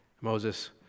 Moses